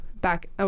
back